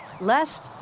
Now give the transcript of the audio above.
lest